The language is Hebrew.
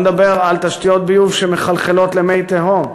בוא נדבר על תשתיות ביוב שמחלחלות למי תהום,